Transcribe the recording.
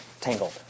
Tangled